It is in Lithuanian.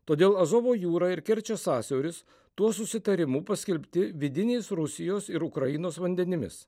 todėl azovo jūra ir kerčės sąsiauris tuo susitarimu paskelbti vidiniais rusijos ir ukrainos vandenimis